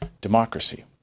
democracy